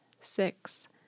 six